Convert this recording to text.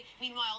Meanwhile